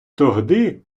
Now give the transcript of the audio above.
тогди